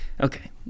okay